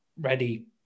ready